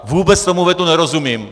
Vůbec tomu vetu nerozumím.